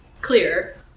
clear